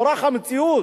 כורח המציאות,